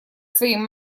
своим